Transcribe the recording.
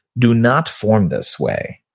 do not form this way.